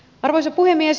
arvoisa puhemies